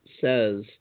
says